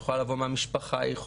היא יכולה לבוא מהמשפחה גם,